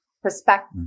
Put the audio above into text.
Perspective